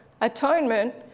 atonement